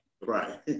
Right